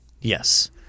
Yes